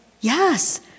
yes